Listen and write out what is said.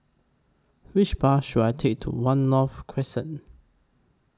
Which Bus should I Take to one North Crescent